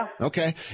Okay